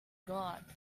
god